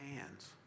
hands